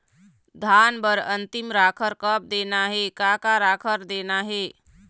धान बर अन्तिम राखर कब देना हे, का का राखर देना हे?